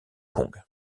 kong